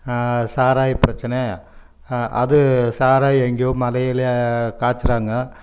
சாராய பிரச்சனை அது சாராயம் எங்கையோ மலையில் காய்ச்சுறாங்க